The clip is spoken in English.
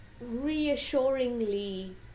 reassuringly